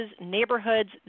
neighborhoods